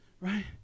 right